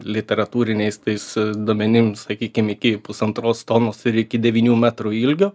literatūriniais tais duomenim sakykim iki pusantros tonos ir iki devynių metrų ilgio